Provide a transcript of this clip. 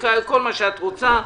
כל מה שאת רוצה.